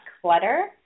clutter